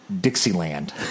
Dixieland